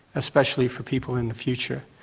especially for people in the future.